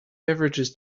beverages